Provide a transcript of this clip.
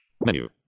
menu